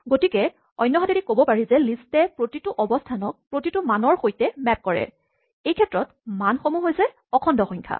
গতিকে অন্যহাতেদি ক'ব পাৰি যে লিষ্টে প্ৰতিটো অৱস্হানক প্ৰতিটো মানৰ সৈতে মেপ কৰে এইক্ষেত্ৰত মানসমূহ হৈছে অখণ্ড সংখ্যা